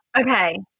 Okay